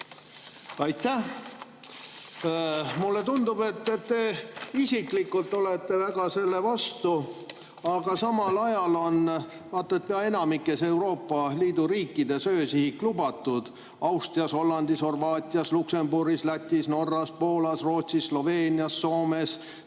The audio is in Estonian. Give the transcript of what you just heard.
Aitäh! Mulle tundub, et te isiklikult olete väga selle vastu, aga samal ajal on vaat et pea enamikus Euroopa Liidu riikides öösihik lubatud: Austrias, Hollandis, Horvaatias, Luksemburgis, Lätis, Norras, Poolas, Rootsis, Sloveenias, Soomes,